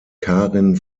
karin